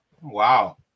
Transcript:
Wow